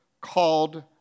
called